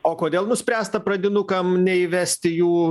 o kodėl nuspręsta pradinukam neįvesti jų